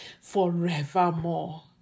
forevermore